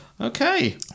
Okay